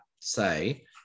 say